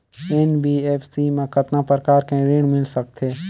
NBFC मा कतना प्रकार कर ऋण मिल सकथे?